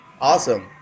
Awesome